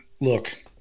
look